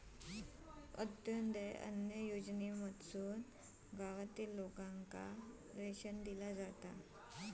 अंत्योदय अन्न योजनेमधसून गावातील लोकांना रेशन दिला जाता